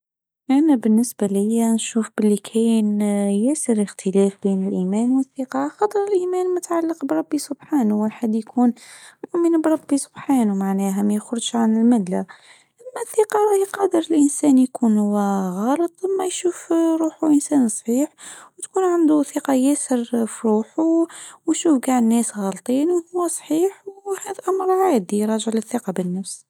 أنا بالنسبة ليا نشوف بلي كاين ياسر اختلاف بين الإيمان والثقة، خاطر الإيمان متعلق بربى سبحانه واحد يكون مؤمن بربي سبحانه معناها ما يخرجش عن الملة، أما الثقة يقدر الإنسان يكون هو غلط أما يشوف روحو إنسان صحيح وتكون عندو ثقة ياسر فروحو ويشوف كاع الناس غالطين وهو صحيح وهذا أمر عادي راجع للثقة بالنفس.